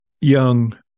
young